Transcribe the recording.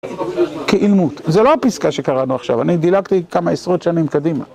כעילמות, זה לא הפסקה שקראנו עכשיו, אני דילגתי כמה עשרות שנים קדימה